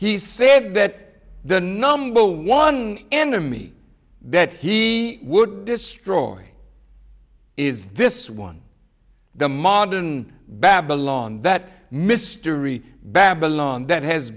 he said that the number one enemy that he would destroy is this one the modern babylon that mystery babylon that has